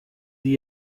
die